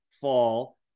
fall